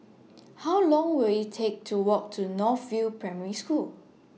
How Long Will IT Take to Walk to North View Primary School